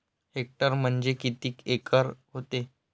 Hectare म्हणजे किती acre व्हते?